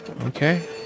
Okay